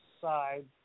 side